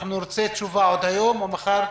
אני ארצה תשובה עוד היום או מחר.